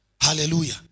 Hallelujah